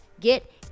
get